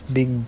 Big